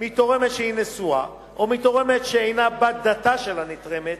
מתורמת שהיא נשואה או מתורמת שאינה בת דתה של הנתרמת,